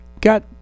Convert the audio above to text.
got